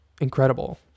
incredible